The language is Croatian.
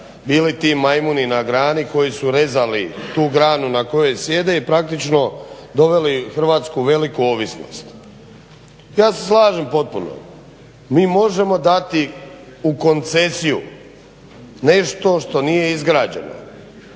bili ta majmuni na grani koji su rezali tu granu na kojoj sjede i praktično doveli Hrvatsku u veliku ovisnost. Ja se slažem potpuno, mi možemo dati u koncesiju nešto što nije izgrađeno,